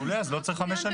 מעולה, אז לא צריך חמש שנים.